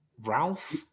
Ralph